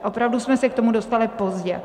Opravdu jsme se k tomu dostali pozdě.